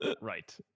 Right